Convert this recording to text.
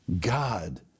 God